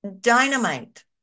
dynamite